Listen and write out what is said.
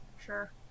Sure